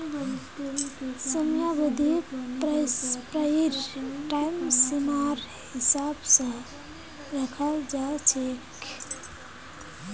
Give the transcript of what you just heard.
समयावधि पढ़ाईर टाइम सीमार हिसाब स रखाल जा छेक